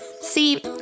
See